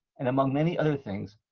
and among many other things,